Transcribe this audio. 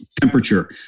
temperature